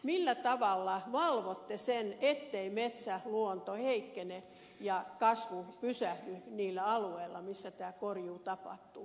millä tavalla valvotte sen ettei metsäluonto heikkene ja kasvu pysähdy niillä alueilla missä tämä korjuu tapahtuu